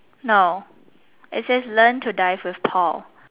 no it says learn to die first call